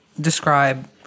describe